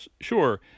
Sure